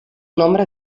nombre